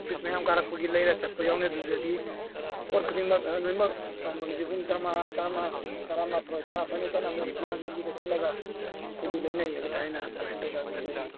office ꯃꯌꯥꯝ ꯀꯥꯔꯛꯄꯒꯤ ꯂꯩꯔꯥ ꯆꯠꯄ ꯌꯥꯎꯅꯤ ꯑꯗꯨꯗꯗꯤ ꯄꯣꯠ ꯈꯨꯗꯤꯡꯃꯛ ꯂꯣꯏꯃꯛ ꯇꯔꯥ ꯃꯥꯊꯣꯏ ꯇꯔꯥ ꯁꯨꯃꯥꯏꯅ ꯂꯣꯏꯅ ꯆꯠꯅꯕꯅꯤ ꯍꯧꯖꯤꯛꯇꯤ ꯑꯗꯨꯝ ꯂꯝꯕꯤꯗ ꯆꯠꯂꯒ ꯑꯩꯈꯣꯏꯁꯨ ꯂꯩꯅꯩꯑꯕ ꯊꯥꯏꯅ ꯑꯗꯨꯃꯥꯏꯅ ꯇꯧꯔꯒ ꯑꯗꯨꯗꯤ